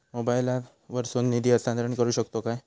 मोबाईला वर्सून निधी हस्तांतरण करू शकतो काय?